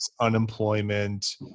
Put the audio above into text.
unemployment